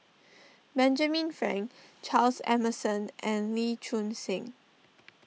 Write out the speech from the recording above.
Benjamin Frank Charles Emmerson and Lee Choon Seng